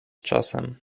czasem